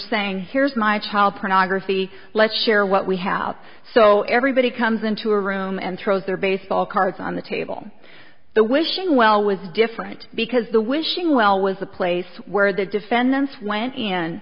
saying here's my child pornography let's share what we have so everybody comes into a room and throws their baseball cards on the table the wishing well was different because the wishing well was a place where the defendants went in